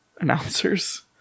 announcers